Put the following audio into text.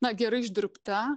na gerai išdirbta